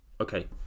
okay